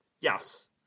Yes